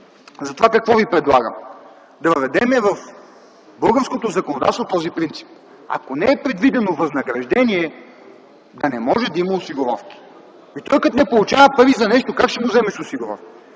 За това какво ви предлагам? Да въведем в българското законодателство този принцип – ако не е предвидено възнаграждение, да не може да има осигуровки. Той като не получава пари за нещо, как ще му вземеш осигуровките?